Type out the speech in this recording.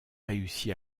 réussi